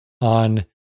on